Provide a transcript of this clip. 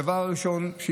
הדבר הראשון,